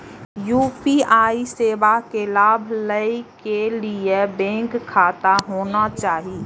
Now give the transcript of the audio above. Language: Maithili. यू.पी.आई सेवा के लाभ लै के लिए बैंक खाता होना चाहि?